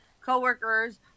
co-workers